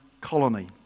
colony